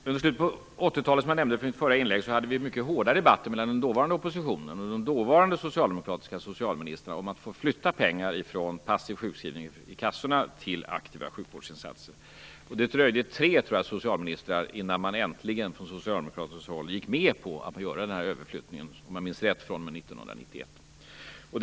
Som jag nämnde i mitt förra inlägg, hade vi i slutet av 80-talet mycket hårda debatter mellan den dåvarande oppositionen och den dåvarande socialdemokratiska socialministern om att få flytta pengar från passiv sjukskrivning i kassorna till aktiva sjukvårdsinsatser. Jag tror att det dröjde tre socialministrar innan man från socialdemokratiskt håll äntligen gick med på att göra denna överflyttning. Om jag minns rätt var det fr.o.m. 1991.